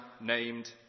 named